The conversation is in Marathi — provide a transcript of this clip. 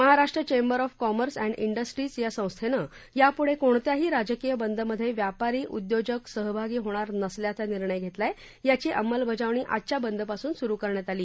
Maharashtra chamber of commerce and industries या संस्थेनं यापुढे कोणत्याही राजकीय बंदमध्ये व्यापारी उद्योजक सहभागी होणार नसल्याचा निर्णय घेतला आहे याची अंमलबजावणी आजच्या बंदपासून सुरू करण्यात आली